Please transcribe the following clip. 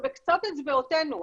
זה בקצות אצבעותינו,